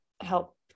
help